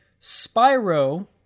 Spyro